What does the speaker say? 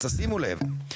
אז תשימו לב,